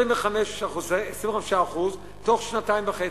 25% תוך שנתיים וחצי.